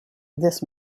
this